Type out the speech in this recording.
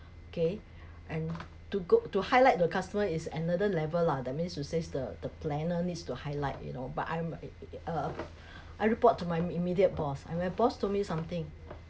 okay and to go to highlight to the customer is another level lah that means to says the the planner needs to highlight you know but I'm like uh I report to my immediate boss and my boss told me something